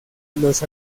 los